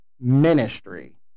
ministry